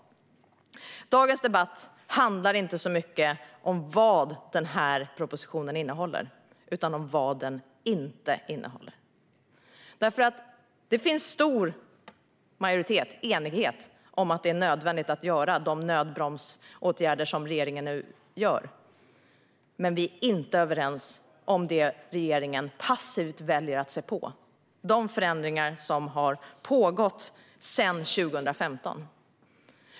Dagens debatt handlar inte så mycket om vad propositionen innehåller utan om vad den inte innehåller. Det finns en stor enighet om att de nödbromsåtgärder som regeringen nu gör är nödvändiga, men vi är inte överens om att, som regeringen nu väljer att göra, passivt se på när det gäller de förändringar som har pågått sedan 2015.